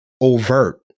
overt